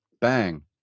bang